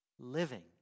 Living